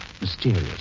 mysterious